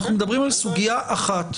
אנחנו מדברים על סוגיה אחת,